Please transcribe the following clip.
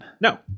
No